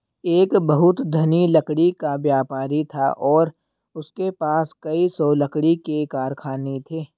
एक बहुत धनी लकड़ी का व्यापारी था और उसके पास कई सौ लकड़ी के कारखाने थे